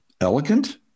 elegant